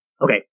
Okay